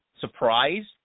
surprised